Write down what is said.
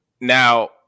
now